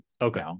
Okay